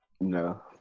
No